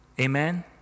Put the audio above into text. Amen